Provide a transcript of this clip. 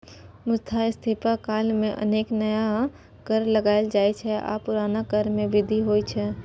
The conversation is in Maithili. मुद्रास्फीति काल मे अनेक नया कर लगाएल जाइ छै आ पुरना कर मे वृद्धि होइ छै